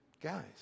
Guys